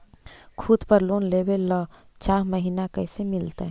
खूत पर लोन लेबे ल चाह महिना कैसे मिलतै?